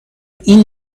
این